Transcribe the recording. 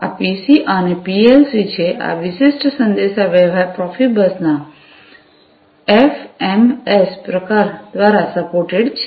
આ પીસી અને પીએલસી છે આ વિશિષ્ટ સંદેશાવ્યવહાર પ્રોફિબસના એફએમએસ પ્રકાર દ્વારા સપોર્ટેડ છે